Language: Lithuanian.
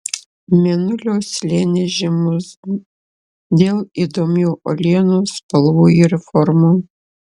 mėnulio slėnis žymus dėl įdomių uolienų spalvų ir formų